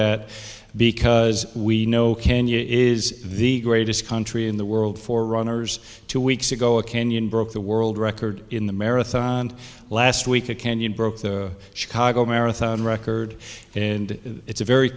that because we know can you is the greatest country in the world for runners two weeks ago a canyon broke the world record in the marathon last week a canyon broke the chicago marathon record and it's a very